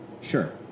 Sure